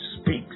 Speaks